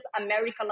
America